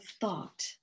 thought